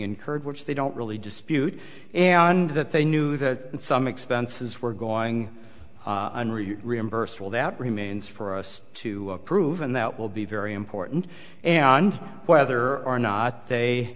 incurred which they don't really dispute and that they knew that some expenses were going reimbursed well that remains for us to prove and that will be very important and whether or not they